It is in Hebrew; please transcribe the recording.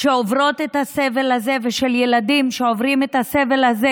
שעוברות את הסבל הזה ושל ילדים שעוברים את הסבל הזה